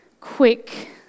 quick